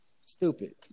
Stupid